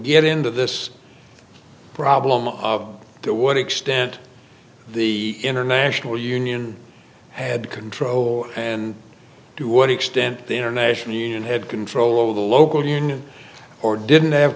get into this problem to what extent the international union had control and to what extent the international union had control over the local union or didn't have